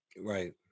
Right